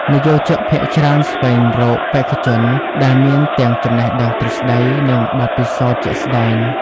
និយោជកភាគច្រើនស្វែងរកបេក្ខជនដែលមានទាំងចំណេះដឹងទ្រឹស្ដី និងបទពិសោធន៍ជាក់ស្តែង។